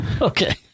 Okay